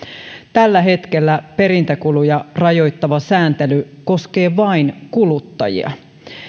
tällä hetkellä perintäkuluja rajoittava sääntely koskee vain kuluttajia